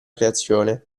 creazione